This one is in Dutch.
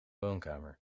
woonkamer